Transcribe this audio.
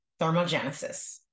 thermogenesis